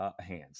hands